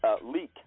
Leak